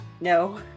No